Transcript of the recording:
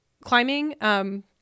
climbing